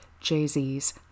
Jay-Z's